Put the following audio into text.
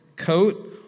coat